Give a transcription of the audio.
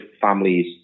families